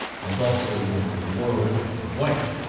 as also were werle and white,